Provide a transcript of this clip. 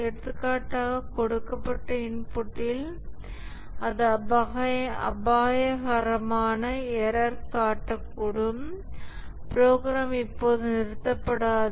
எடுத்துக்காட்டாக கொடுக்கப்பட்ட இன்புட்டில் அது அபாயகரமான எரர்க் காட்டக்கூடும் ப்ரோக்ராம் இப்போது நிறுத்தப்படாது